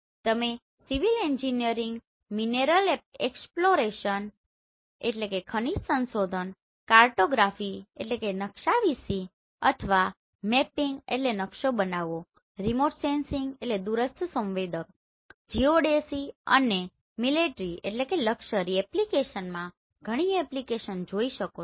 તમે civil engineering mineral exploration mineral exploration ખનિજ સંશોધન કાર્ટોગ્રાફીcartographyનાકાશાવીસી અથવા મેપિંગmappingનકશો બનાવવો રીમોટ સેન્સિંગRemote sensingદૂરસ્થ સંવેદક જીઓડેસી અને મિલેટ્રીmilitary લશ્કરી એપ્લિકેશનમાં ઘણી એપ્લીકેશન જોઈ શકો છો